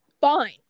Fine